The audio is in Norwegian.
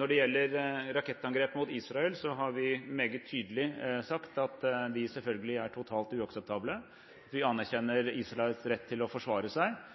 Når det gjelder rakettangrep mot Israel, så har vi meget tydelig sagt at de selvfølgelig er totalt uakseptable. Vi anerkjenner Israels rett til å forsvare seg.